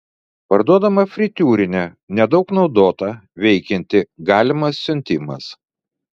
parduodama fritiūrinė nedaug naudota veikianti galimas siuntimas